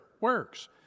works